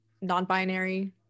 non-binary